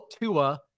Tua